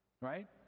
Right